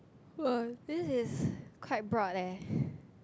ah this is quite broad eh